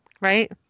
Right